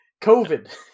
COVID